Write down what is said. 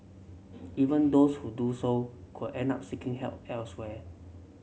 even those who do so could end up seeking help elsewhere